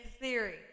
theory